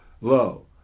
low